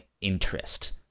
interest